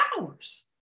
hours